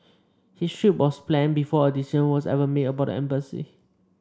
his trip was planned before a decision was ever made about the embassy